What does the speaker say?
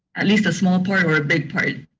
at least a small part or a big part.